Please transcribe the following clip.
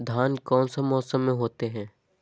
धान कौन सा मौसम में होते है?